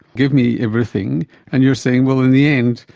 give me everything and you're saying, well, in the end,